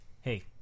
hey